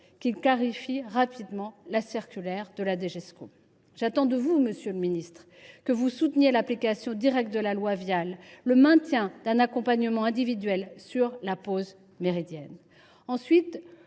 qu’il clarifie rapidement cette circulaire du Dgesco. J’attends également de vous, monsieur le ministre, que vous souteniez l’application directe de la loi Vial et le maintien d’un accompagnement individuel sur la pause méridienne. Je